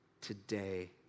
today